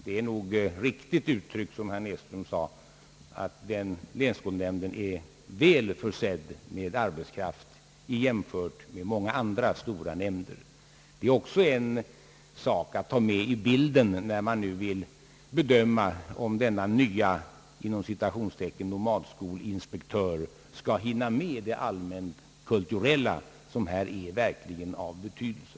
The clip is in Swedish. Det är nog riktigt uttryckt, som herr Näsström sade, att länsskolnämnden är väl försedd med arbetskraft jämfört med många andra stora nämnder. Det är också en sak att ta med i bilden när man nu vill bedöma, om denna nya »nomadskolinspektör» skall hinna med de allmänkulturella uppgifterna, som här verkligen är av betydelse.